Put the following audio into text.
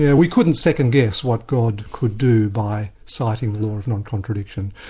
yeah we couldn't second-guess what god could do by citing the law of non-contradiction.